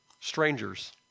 strangers